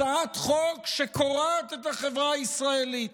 הצעת חוק שקורעת את החברה הישראלית.